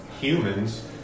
humans